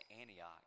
Antioch